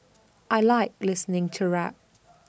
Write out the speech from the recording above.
I Like listening to rap